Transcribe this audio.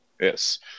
Yes